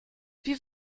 wie